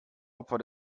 opfer